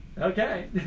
okay